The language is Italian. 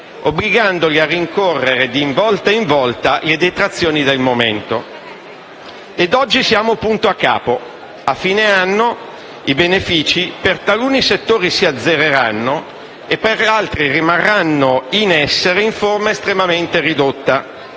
obbligandoli a rincorrere di volta in volta le detrazioni del momento. Oggi siamo punto e a capo: a fine anno i benefici per taluni settori si azzereranno e per altri rimarranno in essere in forma estremamente ridotta.